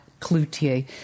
Cloutier